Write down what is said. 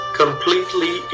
completely